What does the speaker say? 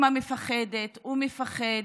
אימא מפחדת, הוא מפחד,